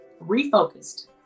refocused